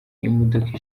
imodoka